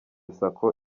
sako